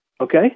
okay